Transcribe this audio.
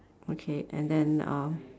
okay and then uh